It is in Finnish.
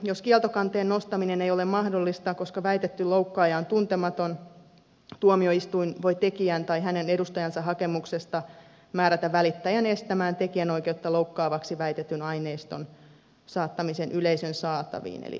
jos kieltokanteen nostaminen ei ole mahdollista koska väitetty loukkaaja on tuntematon tuomioistuin voi tekijän tai hänen edustajansa hakemuksesta määrätä välittäjän estämään tekijänoikeutta loukkaavaksi väitetyn aineiston saattamisen yleisön saataviin eli estomääräys